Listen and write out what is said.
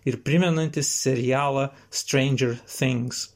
ir primenantį serialą stranger things